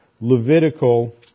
Levitical